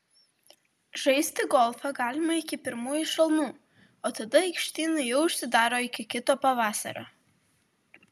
žaisti golfą galima iki pirmųjų šalnų o tada aikštynai jau užsidaro iki kito pavasario